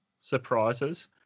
surprises